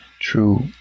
true